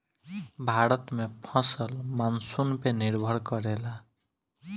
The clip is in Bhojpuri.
भारत में फसल मानसून पे निर्भर करेला